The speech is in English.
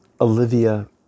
Olivia